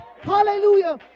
Hallelujah